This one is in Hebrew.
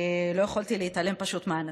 פשוט לא יכולתי להתעלם מהנתון.